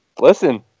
Listen